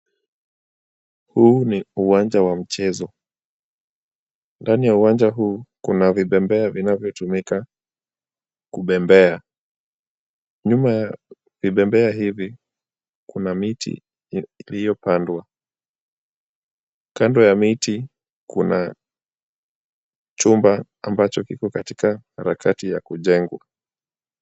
Huu ni uwanja wa mchezo. Ndani ya uwanja huu kuna vibembea vinavyotumika kubembea. Nyuma ya vibembea hivi kuna miti iliyopandwa. Kando ya miti kuna chumba ambacho kiko katika harakati ya kujengwa.